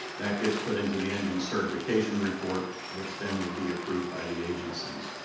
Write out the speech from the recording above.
that gets put into the engine certification report which then would be approved by the agencies.